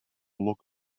look